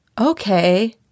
okay